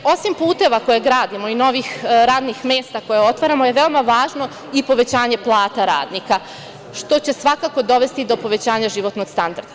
Osim puteva, koje gradimo, i novih radnih mesta, koje otvaramo, veoma je važno i povećanje plata radnika, što će svakako dovesti do povećanja životnog standarda.